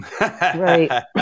Right